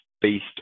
based